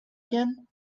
again